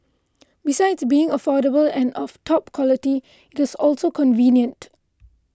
besides being affordable and of top quality it is also convenient